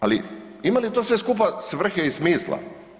Ali ima li to sve skupa svrhe i smisla?